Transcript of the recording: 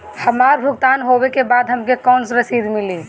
हमार भुगतान होबे के बाद हमके कौनो रसीद मिली?